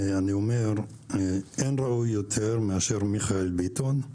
אני אומר שאין ראוי יותר מאשר מיכאל ביטון,